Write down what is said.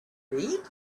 read